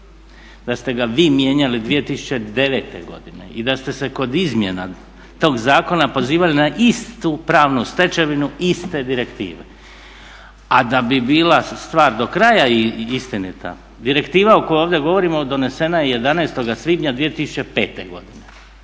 da ste ga vi mijenjali 2009. godine i da ste se kod izmjena tog zakona pozivali na istu pravnu stečevinu i iste direktive. A da bi bila stvar do kraja istinita direktiva o kojoj ovdje govorimo donesena je 11. svibnja 2005. godine.